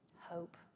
Hope